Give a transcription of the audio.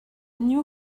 new